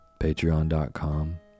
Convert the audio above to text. Patreon.com